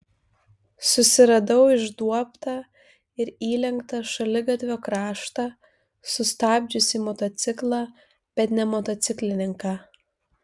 susiradau išduobtą ir įlenktą šaligatvio kraštą sustabdžiusį motociklą bet ne motociklininką